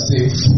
Safe